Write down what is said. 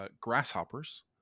grasshoppers